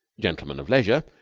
gentleman of leisure,